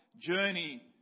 journey